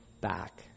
back